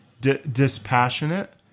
dispassionate